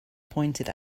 pointed